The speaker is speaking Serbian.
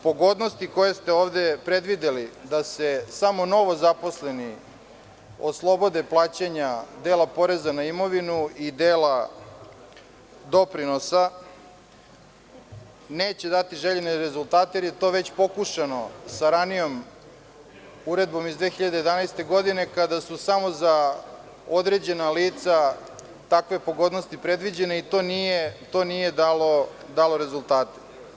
Pogodnosti koje ste ovde predvideli, da se samo novozaposleni oslobode plaćanja dela poreza na imovinu i dela doprinosa, neće dati željene rezultate, jer je to već pokušano sa ranijom Uredbom iz 2011. godine kada su samo za određena lica takve pogodnosti predviđene i to nije dalo rezultate.